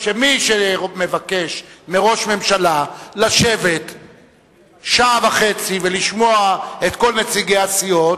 שמי שמבקש מראש ממשלה לשבת שעה וחצי ולשמוע את כל נציגי הסיעות,